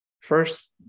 first